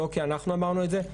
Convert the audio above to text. לא כי אנחנו אמרנו את זה,